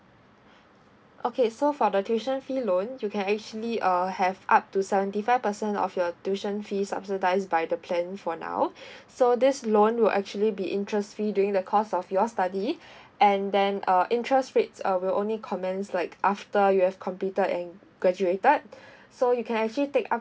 okay so for the tuition fee loan you can actually err have up to seventy five percent of your tuition fee subsidised by the plan for now so this loan will actually be interest free during the course of your study and then uh interest rates uh will only commence like after you have completed and graduated so you can actually take up